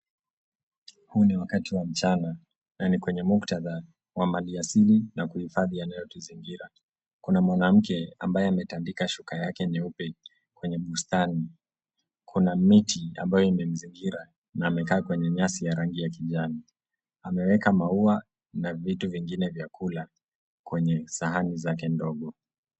Huu ni wakati wa mchana na ni kwenye muktadha wa mali asili na kuhifadhi yanayo tuzingira. Kuna mwanamke ambaye ametandika shuka yake nyeupe kwenye bustani. Kuna miti ambayo imemzingira na amekaa kwenye nyasi ya rangi ya kijani. Ameweka maua na vitu vingine vya kula kwenye sahani zake ndogo.